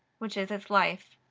which is its life.